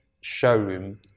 showroom